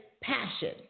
passion